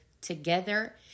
together